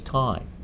time